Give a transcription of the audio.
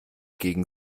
gegen